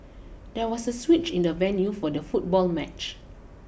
there was a switch in the venue for the football match